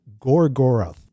Gorgoroth